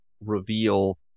reveal